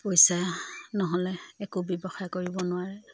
পইচা নহ'লে একো ব্যৱসায় কৰিব নোৱাৰে